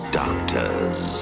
doctors